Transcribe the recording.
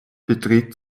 beträgt